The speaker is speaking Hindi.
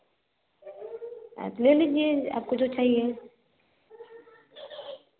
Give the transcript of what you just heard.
आप ले लीजिए आपको जो चाहिए